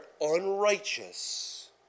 unrighteous